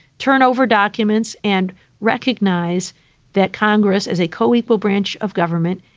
turn over documents and recognize that congress is a co-equal branch of government,